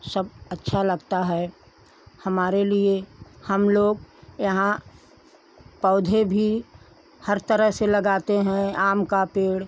सब अच्छा लगता है हमारे लिए हम लोग यहाँ पौधे भी हर तरह से लगाते हैं आम का